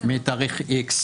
מתאריך איקס